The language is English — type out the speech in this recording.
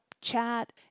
chat